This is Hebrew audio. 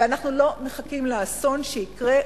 ואנחנו לא מחכים לאסון שיקרה,